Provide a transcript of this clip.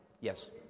yes